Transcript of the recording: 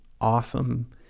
awesome